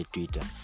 Twitter